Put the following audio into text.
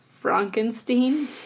Frankenstein